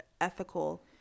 ethical